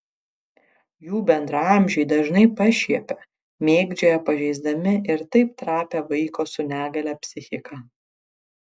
jų bendraamžiai dažnai pašiepia mėgdžioja pažeisdami ir taip trapią vaiko su negalia psichiką